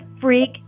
freak